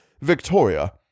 Victoria